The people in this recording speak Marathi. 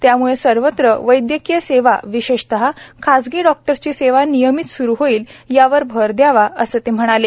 त्यामळं सर्वत्र वैदयकीय सेवा विशेषतः खासगी डॉक्टर्सची सेवा नियमित सुरु होईल यावर भर दयावा असंही ते म्हणाले